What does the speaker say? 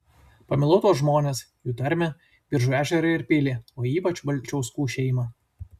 pamilau tuos žmones jų tarmę biržų ežerą ir pilį o ypač balčiauskų šeimą